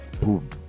Boom